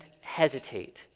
hesitate